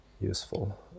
useful